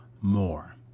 more